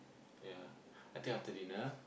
ya I think after dinner